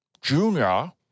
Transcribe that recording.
Junior